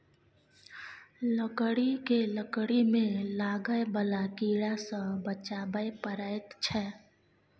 लकड़ी केँ लकड़ी मे लागय बला कीड़ा सँ बचाबय परैत छै